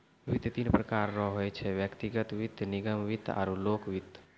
वित्त तीन प्रकार रो होय छै व्यक्तिगत वित्त निगम वित्त आरु लोक वित्त